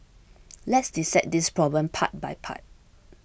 let's dissect this problem part by part